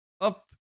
Up